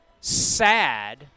Sad